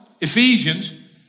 Ephesians